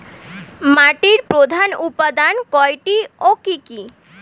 মাটির প্রধান উপাদান কয়টি ও কি কি?